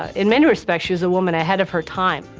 in many respects she was a woman ahead of her time.